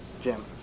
Jim